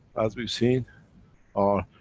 as we've seen our,